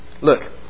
Look